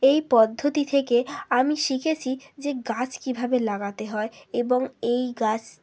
এই পদ্ধতি থেকে আমি শিখেছি যে গাছ কীভাবে লাগাতে হয় এবং এই গাছ